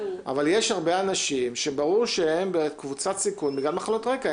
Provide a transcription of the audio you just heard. אבל יש הרבה אנשים שברור שהם בקבוצת סיכון בגלל מחלות רקע,